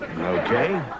Okay